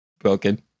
broken